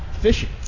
fishing